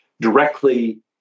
directly